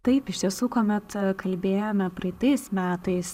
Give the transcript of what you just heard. taip iš tiesų kuomet kalbėjome praeitais metais